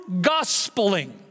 gospeling